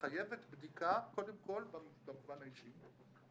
שמחיבת בדיקה, קודם כול, במובן האישי.